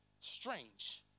strange